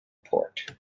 port